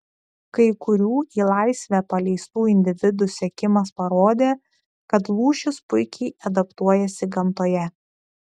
kai kurių į laisvę paleistų individų sekimas parodė kad lūšys puikiai adaptuojasi gamtoje